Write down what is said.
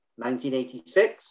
1986